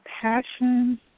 passion